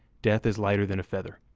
death is lighter than a feather.